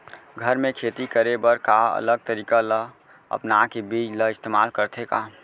घर मे खेती करे बर का अलग तरीका ला अपना के बीज ला इस्तेमाल करथें का?